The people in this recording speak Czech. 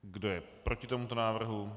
Kdo je proti tomuto návrhu?